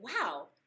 wow